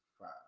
five